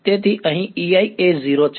તેથી અહીં Ei એ 0 છે